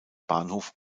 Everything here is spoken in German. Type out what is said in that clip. bahnhof